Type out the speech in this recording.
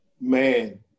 Man